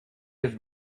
his